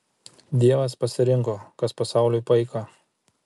dievas pasirinko kas pasauliui paika